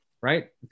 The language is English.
right